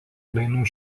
dainų